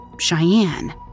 Cheyenne